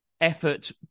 effort